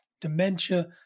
dementia